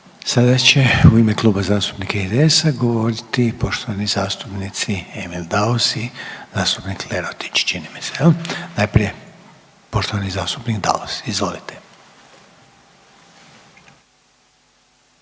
Sada će u ime Kluba zastupnika IDS-a govoriti poštovani zastupnici Emil Daus i zastupnik Lerotić čini mi se jel, najprije poštovani zastupnik Daus, izvolite.